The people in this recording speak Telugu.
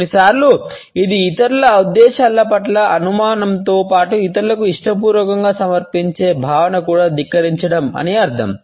కొన్నిసార్లు ఇది ఇతరుల ఉద్దేశ్యాల పట్ల అనుమానంతో పాటు ఇతరులకు ఇష్టపూర్వకంగా సమర్పించే భావనను కూడా ధిక్కరించడం అని అర్ధం